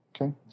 Okay